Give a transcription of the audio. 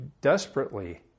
desperately